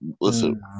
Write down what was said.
Listen